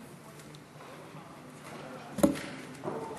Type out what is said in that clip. חוק הגבלת השימוש ורישום פעולות בחלקי רכב משומשים (מניעת גנבות) (תיקון